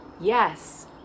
Yes